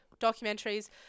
documentaries